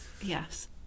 Yes